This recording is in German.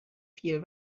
viel